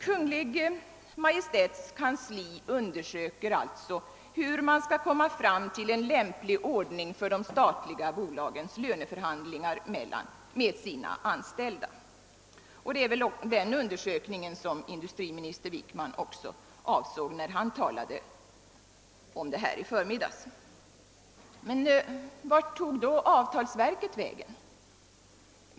Kungl. Maj:ts kansli undersöker alltså hur man skall komma fram till en lämplig ordning för de statliga bolagens löneförhandlingar med sina anställda, och det var väl den undersökningen inrikesminister Wickman avsåg i sitt anförande i förmiddags. Men vart tog då avtalsverket vägen?